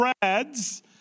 threads